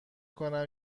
کنم